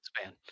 span